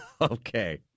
Okay